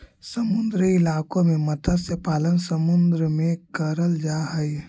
समुद्री इलाकों में मत्स्य पालन समुद्र में करल जा हई